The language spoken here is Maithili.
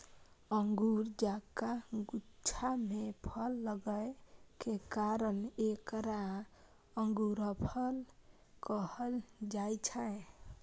अंगूर जकां गुच्छा मे फल लागै के कारण एकरा अंगूरफल कहल जाइ छै